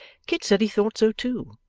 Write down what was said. kit said he thought so too,